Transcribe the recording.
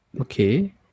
okay